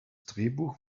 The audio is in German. drehbuch